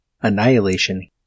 Annihilation